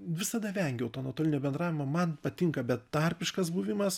visada vengiau to nuotolinio bendravimo man patinka betarpiškas buvimas